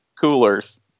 Coolers